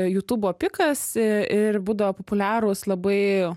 jutūbo pikas ir būdavo populiarūs labai